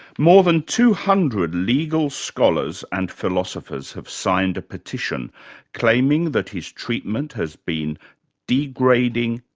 more than two hundred legal scholars and philosophers have signed a petition claiming that his treatment has been degrading,